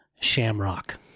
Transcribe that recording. shamrock